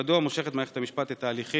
מדוע מושכת מערכת המשפט את ההליכים?